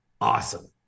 Awesome